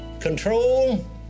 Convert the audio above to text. control